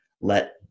let